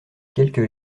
quelques